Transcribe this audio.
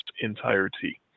entirety